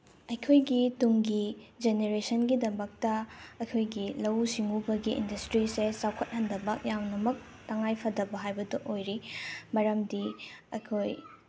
ꯑꯩꯈꯣꯏꯒꯤ ꯇꯨꯡꯒꯤ ꯖꯦꯅꯦꯔꯦꯁꯟꯒꯤꯗꯃꯛꯇ ꯑꯩꯈꯣꯏꯒꯤ ꯂꯧꯎ ꯁꯤꯡꯎꯕꯒꯤ ꯏꯟꯗꯁꯇ꯭ꯔꯤꯁꯦ ꯆꯥꯎꯈꯠꯍꯟꯗꯕ ꯌꯥꯝꯅꯃꯛ ꯇꯉꯥꯏꯐꯗꯕ ꯍꯥꯏꯕꯗꯣ ꯑꯣꯏꯔꯦ ꯃꯔꯝꯗꯤ ꯑꯩꯈꯣꯏ